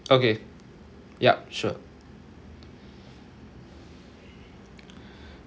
okay yup sure